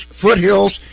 Foothills